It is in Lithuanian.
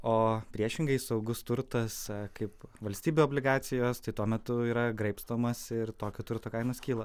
o priešingai saugus turtas kaip valstybių obligacijos tai metu yra graibstomas ir tokio turto kainos kyla